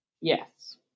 Yes